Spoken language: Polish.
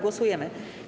Głosujemy.